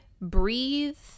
breathe